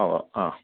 ഉവ്വ് ആ